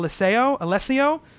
Alessio